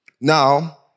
Now